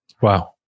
Wow